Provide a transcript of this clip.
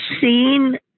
seen